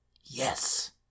Yes